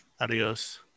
Adios